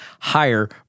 higher